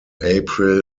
april